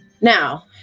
now